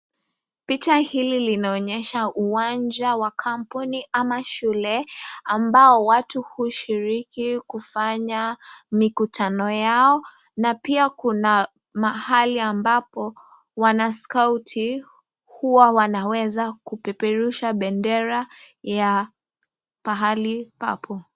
Picha hii linaonyesa uwanja ya kampuni ama shule, ambao watu hushiriki kufanya mikutano yao, na pia kuna mahali ambapo huwa wanaskauti huwa wanaweza kupeperusha bendera ya pahali papo.